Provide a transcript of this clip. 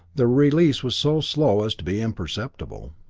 the release was so slow as to be imperceptible.